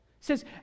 says